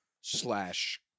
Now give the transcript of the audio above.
slash